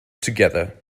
together